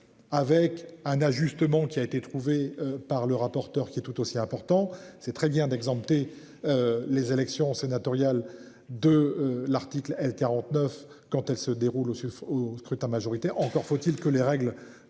Avec un ajustement qui a été trouvée par le rapporteur qui est tout aussi important, c'est très bien d'exempter. Les élections sénatoriales de l'article L-49 quand elle se déroule aussi au scrutin majoritaire, encore faut-il que les règles